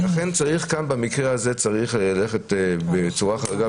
לכן במקרה הזה צריך ללכת בצורה חריגה